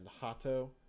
hato